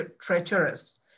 treacherous